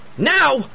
Now